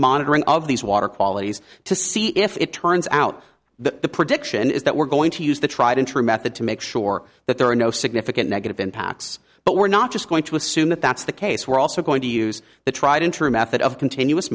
monitoring of these water qualities to see if it turns out that the prediction is that we're going to use the tried and true method to make sure that there are no significant negative impacts but we're not just going to assume that that's the case we're also going to use the tried interim at that of continuous